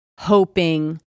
hoping